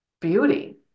beauty